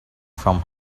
from